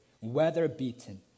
weather-beaten